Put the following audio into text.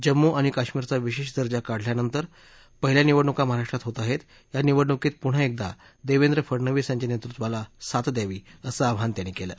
जम्मू आणि काश्मीरचा विशृष्ट दर्जा काढून टाकल्यानंतर पहिल्या निवडणुका महाराष्ट्रात होत आहर्ष्टीया निवडणुकीत पुन्हा एकदा दर्घेवे फडणवीस यांच्या नसूविवाला साथ द्यावी असं आवाहन त्यांनी कलि